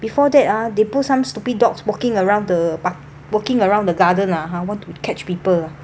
before that ah they put some stupid dogs walking around the par~ walking around the garden ah ha want to catch people ah